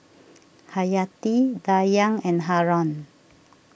Haryati Dayang and Haron